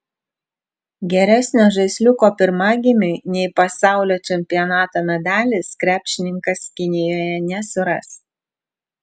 geresnio žaisliuko pirmagimiui nei pasaulio čempionato medalis krepšininkas kinijoje nesuras